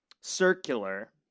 circular